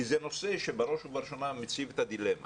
זה נושא שמציב בראש ובראשונה את הדילמה